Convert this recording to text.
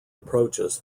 approaches